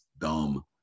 dumb